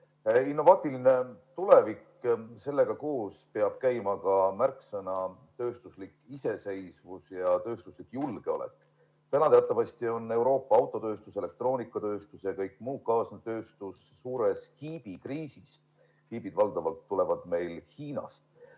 Innovaatilise tulevikuga koos peavad käima ka märksõnad "tööstuslik iseseisvus" ja "tööstuslik julgeolek". Praegu on teatavasti Euroopa autotööstus, elektroonikatööstus ja kõik muu kaasnev tööstus suures kiibikriisis. Kiibid tulevad meil valdavalt Hiinast.